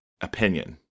opinion